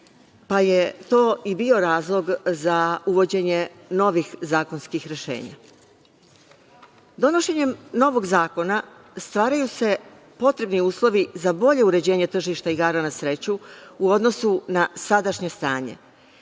pa je to i bio razlog za uvođenje novih zakonskih rešenja. Donošenjem novog zakona stvaraju se potrebni uslovi za bolje uređenje tržišta igara na sreću u odnosu na sadašnje stanje.